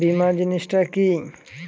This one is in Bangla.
বীমা জিনিস টা কি?